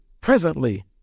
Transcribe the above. presently